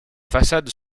façades